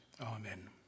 amen